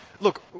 look